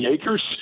acres